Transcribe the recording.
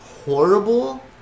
horrible